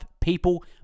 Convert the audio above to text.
people